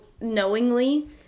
knowingly